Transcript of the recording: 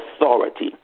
authority